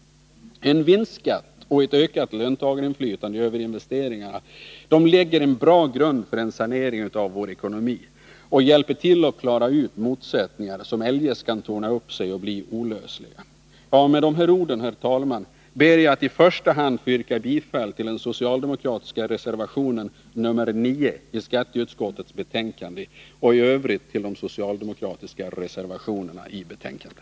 En vinstskatt och ett ökat löntagarinflytande över investeringarna lägger en bra grund för en sanering av vår ekonomi och hjälper till att klara ut de motsättningar som eljest kan torna upp sig och bli olösliga. Med dessa ord, herr talman, ber jag att i första hand få yrka bifall till den socialdemokratiska reservationen nr 9 i skatteutskottets betänkande och i Övrigt till de socialdemokratiska reservationerna i betänkandet.